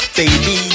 baby